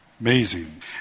Amazing